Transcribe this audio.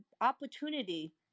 opportunity